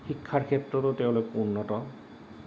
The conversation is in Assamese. শিক্ষাৰ ক্ষেত্ৰতো তেওঁলোক উন্নত